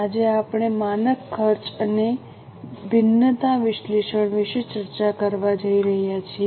આજે આપણે માનક ખર્ચ અને ભિન્નતા વિશ્લેષણ વિશે ચર્ચા કરવા જઈ રહ્યા છીએ